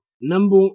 number